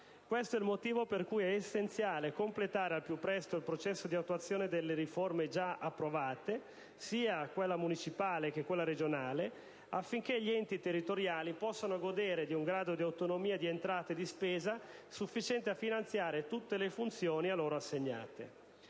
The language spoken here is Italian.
Questo è il motivo per cui è essenziale completare al più presto il processo di attuazione delle riforme già approvate, sia quella municipale che quella regionale, affinché gli enti territoriali possano godere di un grado di autonomia di entrata e di spesa sufficiente a finanziare tutte le funzioni loro assegnate.